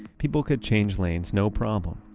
people could change lanes no problem.